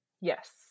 Yes